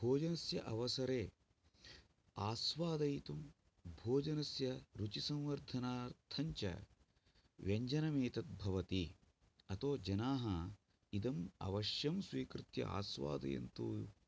भोजनस्य अवसरे आस्वादयितुं भोजनस्य रुचिसंवर्धनार्थञ्च व्यञ्जनमेतद् भवति अतो जनाः इदम् अवश्यं स्वीकृत्य आस्वादयन्तु